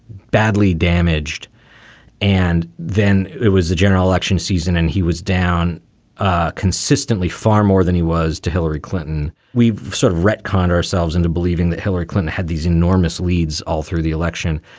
badly damaged and then it was the general election season and he was down ah consistently far more than he was to hillary clinton. we sort of retcon ourselves into believing that hillary clinton had these enormous leads all through the election.